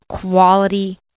quality